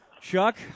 Chuck